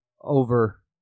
over